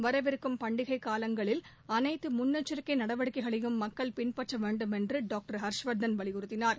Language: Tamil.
வரவிருக்கும் பண்டிகை காலங்களில் அனைதது முன்னெச்சிக்கை நடவடிக்கைகளையும் மக்கள் பின்பற்ற வேண்டுமென்று டாக்டர் ஹர்ஷவர்தன் வலியுறுத்தினார்